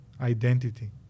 Identity